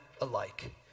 alike